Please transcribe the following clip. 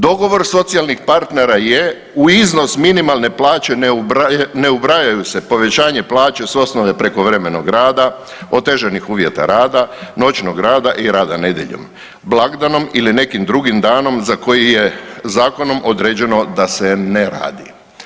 Dogovor socijalnih partnera je u iznos minimalne plaće ne ubrajaju se povećanje plaće s osnove prekovremenog rada otežanih uvjeta rada, noćnog rada i rada nedjeljom, blagdanom ili nekim drugim danom za koji je zakonom određeno da se ne radi.